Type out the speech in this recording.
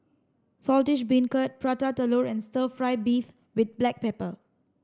Saltish Beancurd Prata Telur and stir fry beef with black pepper